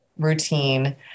routine